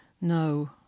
No